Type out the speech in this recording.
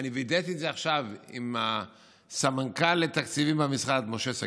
אני וידאתי את זה עכשיו עם סמנכ"ל התקציבים במשרד משה שגיא,